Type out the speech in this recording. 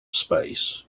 space